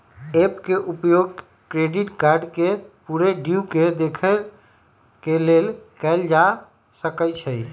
app के उपयोग credit card के पूरे ड्यू के देखे के लेल कएल जा सकइ छै